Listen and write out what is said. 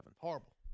Horrible